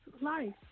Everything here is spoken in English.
life